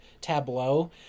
tableau